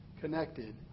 connected